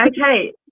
okay